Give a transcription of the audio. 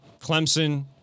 Clemson